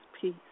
peace